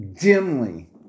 dimly